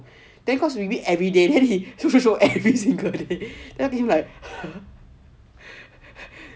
then cause we meet everyday then he smoke every single day then him like